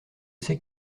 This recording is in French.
c’est